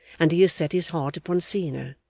and he has set his heart upon seeing her!